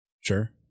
Sure